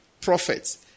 prophets